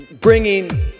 Bringing